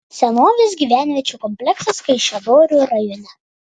senovės gyvenviečių kompleksas kaišiadorių rajone